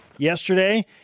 Yesterday